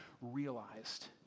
realized